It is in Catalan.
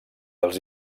els